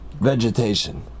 vegetation